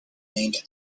named